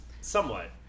Somewhat